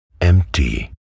Empty